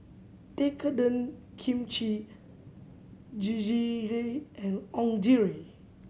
Tekkadon Kimchi and